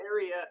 area